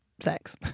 Sex